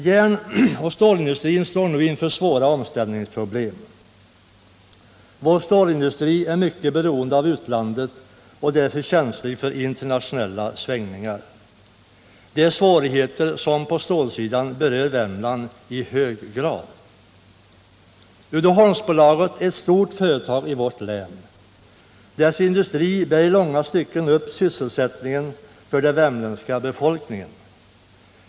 Järnoch stålindustrin står nu inför svåra omställningsproblem. Vår stålindustri är mycket beroende av utlandet och därför känslig för internationella konjunktursvängningar. Detta är svårigheter som på stålsidan berör Värmland i hög grad. Uddeholmsbolaget är ett stort företag i vårt län. Dess industri bär i långa stycken upp sysselsättningen för den värmländska befolkningen.